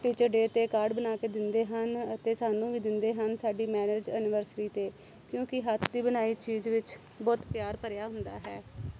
teacher day 'ਤੇ card ਬਣਾ ਕੇ ਦਿੰਦੇ ਹਨ ਅਤੇ ਸਾਨੂੰ ਵੀ ਦਿੰਦੇ ਹਨ ਸਾਡੀ ਮੈਰਿਜ ਐਨਵਰਸਰੀ 'ਤੇ ਕਿਉਂਕਿ ਹੱਥ ਦੀ ਬਣਾਈ ਚੀਜ਼ ਵਿੱਚ ਬਹੁਤ ਪਿਆਰ ਭਰਿਆ ਹੁੰਦਾ ਹੈ